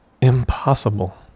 impossible